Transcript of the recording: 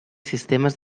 sistemes